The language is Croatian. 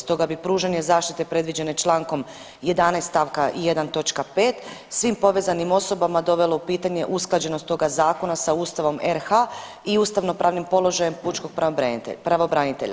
Stoga bi pružanje zaštite predviđene Člankom 11. stavka 1. točka 5. svim povezanim osobama dovelo u pitanje usklađenost toga zakona sa Ustavom RH i ustavnopravnim položajem pučkog pravobranitelja.